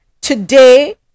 today